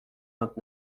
vingt